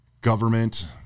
government